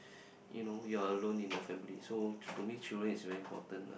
you know you are alone in the family so to me children is very important lah